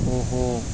ਉਹ